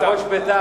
את ראש בית"ר,